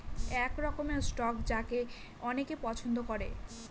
এক রকমের স্টক যাকে অনেকে পছন্দ করে